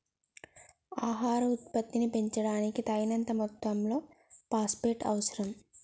ఆహార ఉత్పత్తిని పెంచడానికి, తగినంత మొత్తంలో ఫాస్ఫేట్ అవసరం